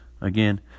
again